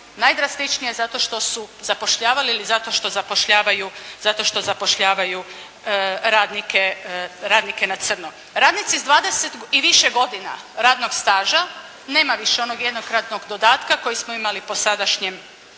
najdrastičnije zato što su zapošljavali ili zato što zapošljavaju radnike na crno. Radnici s 20 i više godina radnog staža nema više onog jednokratnog dodatka koje smo imali po sadašnjem zakonu.